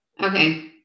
Okay